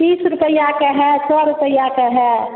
तीस रूपया के है सौ रूपया के है